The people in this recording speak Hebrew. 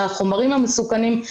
לחומרים המסוכנים,